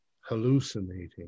hallucinating